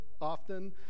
often